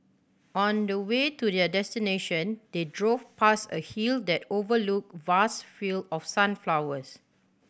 on the way to their destination they drove past a hill that overlooked vast field of sunflowers